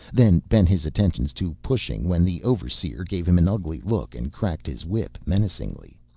then bent his attentions to pushing when the overseer gave him an ugly look and cracked his whip menacingly.